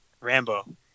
Rambo